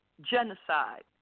genocide